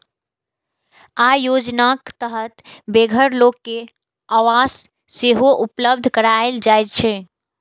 अय योजनाक तहत बेघर लोक कें आवास सेहो उपलब्ध कराएल जाइ छै